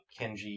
Kenji